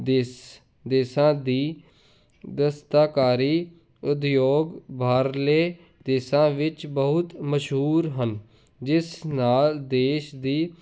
ਦੇਸ ਦੇਸ਼ਾਂ ਦੀ ਦਸਤਾਕਾਰੀ ਉਦਯੋਗ ਬਾਹਰਲੇ ਦੇਸ਼ਾਂ ਵਿੱਚ ਬਹੁਤ ਮਸ਼ਹੂਰ ਹਨ ਜਿਸ ਨਾਲ ਦੇਸ਼ ਦੀ